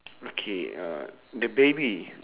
okay uh the baby